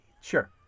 sure